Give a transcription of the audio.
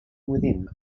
within